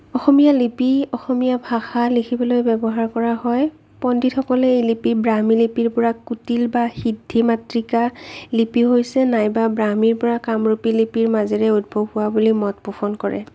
অসমীয়া লিপি অসমীয়া ভাষা লিখিবলৈ ব্যৱহাৰ কৰা হয় পণ্ডিতসকলে এই লিপি ব্ৰাহ্মী লিপি বা কুটিল সিদ্ধি মাতৃকা লিপি হৈছে নাইবা ব্ৰাহ্মী বা কামৰূপী লিপিৰ মাজেৰে উদ্ভৱ হোৱা বুলি মত পোষণ কৰে